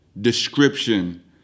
description